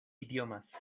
idiomas